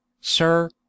sir